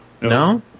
No